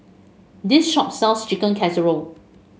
this shop sells Chicken Casserole